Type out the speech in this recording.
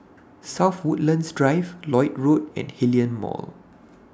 South Woodlands Drive Lloyd Road and Hillion Mall